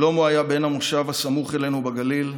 שלמה היה בן המושב הסמוך אלינו בגליל,